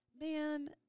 man